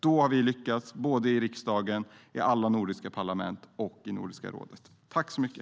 Då har vi lyckats i riksdagen, i alla nordiska parlament och i Nordiska rådet.